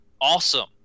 awesome